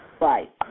right